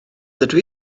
dydw